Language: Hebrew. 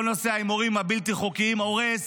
כל נושא ההימורים הבלתי-חוקיים, הורס